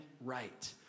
right